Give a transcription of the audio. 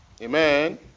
Amen